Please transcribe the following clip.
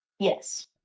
Yes